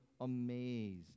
amazed